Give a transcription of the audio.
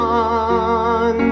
on